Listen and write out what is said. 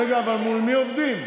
רגע, אבל מול מי עובדים?